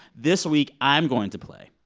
this week, i'm going to play,